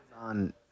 on